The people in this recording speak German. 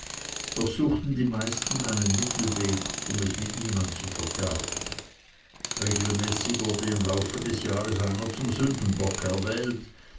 doch suchten die meisten einen mittelweg um es mit niemand zu verderben regelmäßig wurde im laufe des jahres einer zum sündenbock erwählet